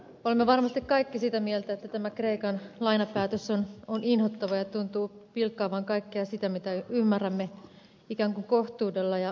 olemme varmasti kaikki sitä mieltä että tämä kreikan lainapäätös on inhottava ja tuntuu pilkkaavan kaikkea sitä mitä ymmärrämme ikään kuin kohtuudella ja oikeudenmukaisuudella